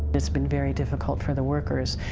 it's been very difficult for the workers,